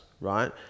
right